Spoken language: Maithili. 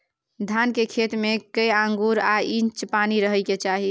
धान के खेत में कैए आंगुर आ इंच पानी रहै के चाही?